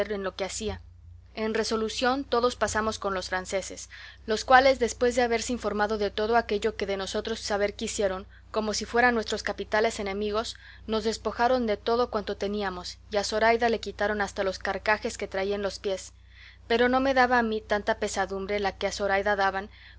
en lo que hacía en resolución todos pasamos con los franceses los cuales después de haberse informado de todo aquello que de nosotros saber quisieron como si fueran nuestros capitales enemigos nos despojaron de todo cuanto teníamos y a zoraida le quitaron hasta los carcajes que traía en los pies pero no me daba a mí tanta pesadumbre la que a zoraida daban